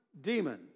demon